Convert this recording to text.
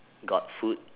got food